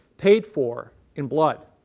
paid for in blood.